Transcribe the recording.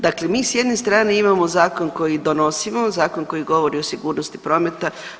Dakle, mi s jedne strane imamo zakon koji donosimo, zakon koji govori o sigurnosti prometa.